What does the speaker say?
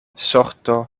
sorto